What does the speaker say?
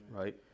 right